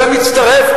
זה מצטרף,